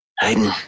Hayden